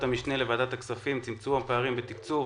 המשנה לוועדת הכספים בנושא צמצום הפערים בתקצוב